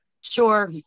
sure